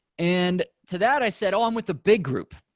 and to that i said, oh, i'm with the big group.